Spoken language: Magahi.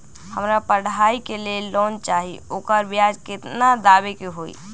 हमरा पढ़ाई के लेल लोन चाहि, ओकर ब्याज केतना दबे के परी?